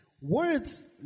words